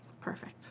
Perfect